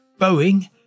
Boeing